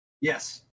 Yes